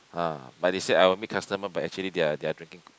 ah but they said I will meet customer but actually they are they are drinking